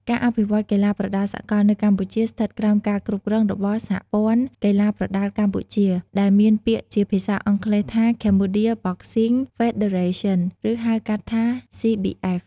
ការអភិវឌ្ឍន៍កីឡាប្រដាល់សកលនៅកម្ពុជា ស្ថិតក្រោមការគ្រប់គ្រងរបស់សហព័ន្ធកីឡាប្រដាល់កម្ពុជា ដែលមានពាក្យជាភាសាអង់គ្លេសថា Cambodia Boxing Federation ឬហៅកាត់ថា CBF។